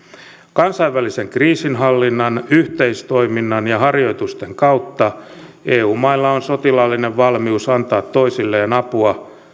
kansainvälisen kriisinhallinnan yhteistoiminnan ja harjoitusten kautta eu mailla on sotilaallinen valmius antaa toisilleen apua